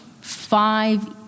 five